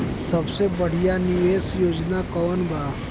सबसे बढ़िया निवेश योजना कौन बा?